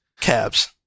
cabs